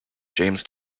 james